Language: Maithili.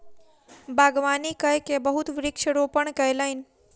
बागवानी कय के बहुत वृक्ष रोपण कयलैन